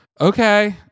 okay